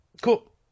Cool